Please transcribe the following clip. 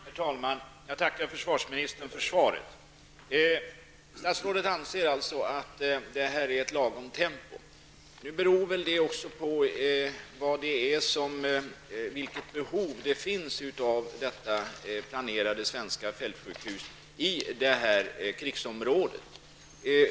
Herr talman! Jag tackar försvarsministern för svaret. Statsrådet anser alltså att detta är ett lagom tempo. Detta beror väl på vilket behovet är av det planerade svenska fältsjukhuset i krigsområdet.